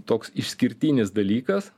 toks išskirtinis dalykas